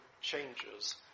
changes